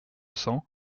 cents